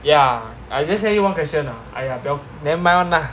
ya I just say one question lah !aiya! bell~ never mind [one] lah